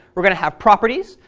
we're going to have properties,